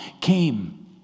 came